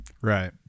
Right